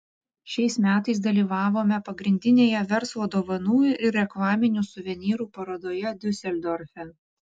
šiais metais dalyvavome pagrindinėje verslo dovanų ir reklaminių suvenyrų parodoje diuseldorfe